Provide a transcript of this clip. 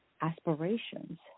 aspirations